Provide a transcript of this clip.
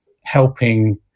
helping